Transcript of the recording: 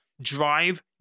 Drive